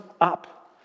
up